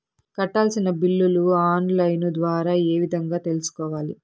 కట్టాల్సిన బిల్లులు online ద్వారా ఏ విధంగా తెలుసుకోవాలి?